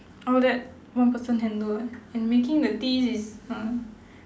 all that one person handle leh and making the teas is not